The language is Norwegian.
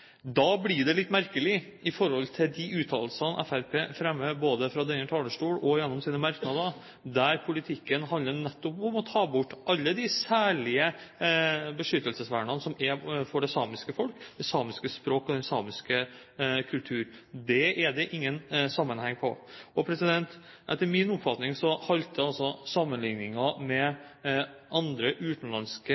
blir litt merkelig i forhold til de uttalelsene Fremskrittspartiet fremmer både fra denne talerstol og gjennom sine merknader, der politikken nettopp handler om å ta bort alle de særlige beskyttelsesvernene som er for det samiske folk, det samiske språk og den samiske kultur. Det er det ingen sammenheng i. Etter min oppfatning halter sammenligningen med andre utenlandske